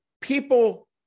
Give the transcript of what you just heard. people